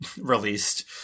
released